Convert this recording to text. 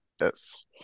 Yes